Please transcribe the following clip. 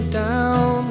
down